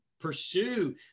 pursue